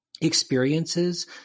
experiences